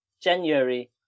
January